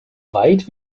weit